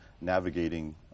navigating